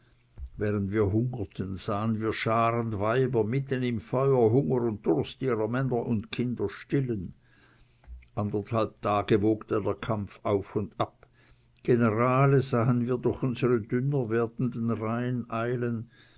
während wir hungerten sahen wir scharen weiber mitten im feuer hunger und durst ihrer männer und kinder stillen anderthalb tage wogte der kampf auf und ab generale sahen wir durch unsere dünner werdenden reihen eilen